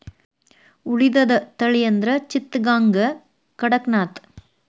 ಉಳಿದದ ತಳಿ ಅಂದ್ರ ಚಿತ್ತಗಾಂಗ, ಕಡಕನಾಥ